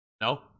No